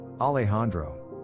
Alejandro